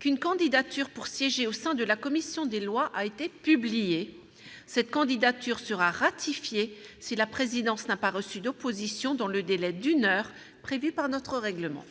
qu'une candidature pour siéger au sein de la commission des lois a été publiée. Cette candidature sera ratifiée si la présidence n'a pas reçu d'opposition dans le délai d'une heure prévu par notre règlement.